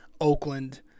Oakland